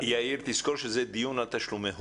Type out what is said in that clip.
יאיר, תזכור שזה דיון על תשלומי הורים.